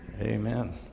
Amen